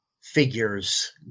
figures